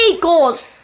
goals